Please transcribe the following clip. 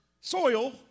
soil